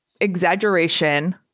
exaggeration